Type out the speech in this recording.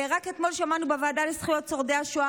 רק אתמול שמענו בוועדה לזכויות שורדי השואה